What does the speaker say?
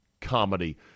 comedy